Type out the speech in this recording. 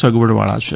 સગવડ વાળા છે